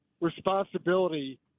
responsibility